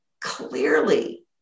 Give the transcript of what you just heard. Clearly